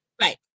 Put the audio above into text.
right